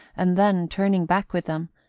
and then, turning back with them,